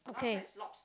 okay